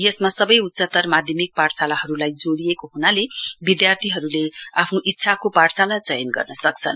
यसमा सबै उच्चत्तर माध्यमिक पाठशालाहरूलाई जोडिएको हुनाले विद्यारथीहरूले आफ्नो इच्छाको पाठशाला चनय गर्न सक्छन्